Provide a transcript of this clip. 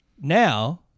now